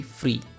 free